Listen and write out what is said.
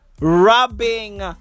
rubbing